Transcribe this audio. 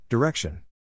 Direction